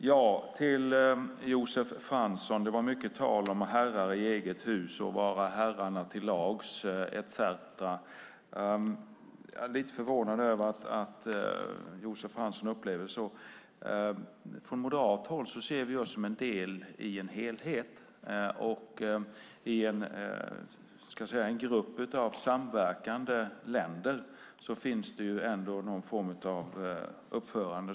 Fru talman! Det var mycket tal om herrar i eget hus och att vara herrarna till lags etcetera. Jag är lite förvånad över att Josef Fransson upplever det så. Från moderat håll känner vi oss som en del i en helhet. I en grupp av samverkande länder finns det ändå någon form av uppförande.